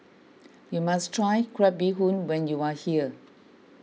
you must try Crab Bee Hoon when you are here